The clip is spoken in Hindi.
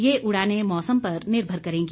ये उड़ाने मौसम पर निर्भर करेंगी